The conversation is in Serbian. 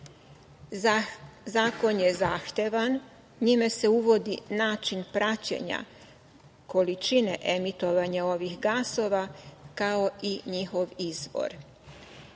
Zakon je zahtevan, njime se uvodi način praćenja količine emitovanja ovih gasova, kao i njihov izbor.